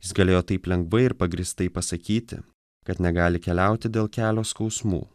jis galėjo taip lengvai ir pagrįstai pasakyti kad negali keliauti dėl kelio skausmų